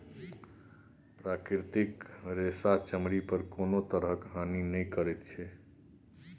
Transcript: प्राकृतिक रेशा चमड़ी पर कोनो तरहक हानि नहि करैत छै